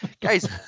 Guys